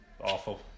awful